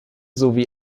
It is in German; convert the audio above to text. sowie